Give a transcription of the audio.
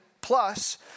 plus